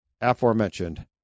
aforementioned